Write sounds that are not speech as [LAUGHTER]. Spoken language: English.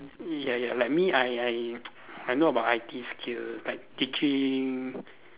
ya ya like me I I [NOISE] I know about I_T skills like teaching